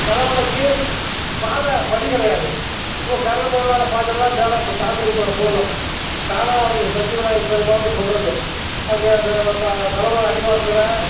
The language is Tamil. தலை மலைக்கு பாதை படி கிடையாது ஸோ கரடுமுரடான பாதையில் தான் மேலே இப்போ சாமி கும்புடப் போகணும் தானாக வளர்ந்த சஞ்சீவிராய பெருமாள்னு சொல்லுறது அங்கே தலை மலை அடிவாரத்தில்